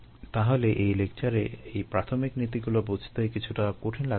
তাহলে এই লেকচারে এই প্রাথমিক নীতিগুলো বুঝতে কিছুটা কঠিন লাগতে পারে